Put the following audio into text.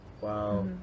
wow